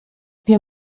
wir